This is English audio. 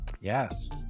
Yes